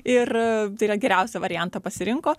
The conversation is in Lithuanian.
ir tai yra geriausią variantą pasirinko